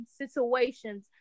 situations